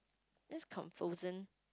that's confusing